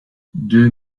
deux